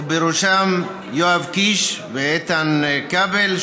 ובראשה יואב קיש ואיתן כבל,